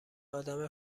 آدم